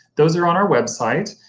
those are on our website,